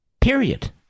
Period